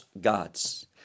gods